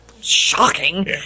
Shocking